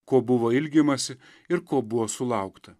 kuo buvo ilgimasi ir ko buvo sulaukta